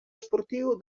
esportiu